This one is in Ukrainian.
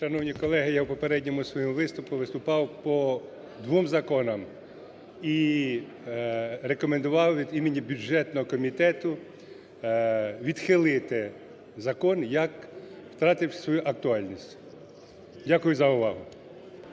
Шановні колеги, я у попередньому своєму виступі виступав по двох законах і рекомендував від імені бюджетного комітету відхилити закон, як втратив свою актуальність. Дякую за увагу.